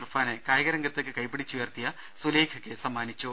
ഇർഫാനെ കായികരംഗത്തേക്ക് കൈപിടിച്ച് ഉയർത്തിയ സുലൈഖയ്ക്ക് സമ്മാനിച്ചു